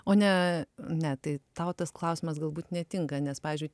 o ne ne tai tau tas klausimas galbūt netinka nes pavyzdžiui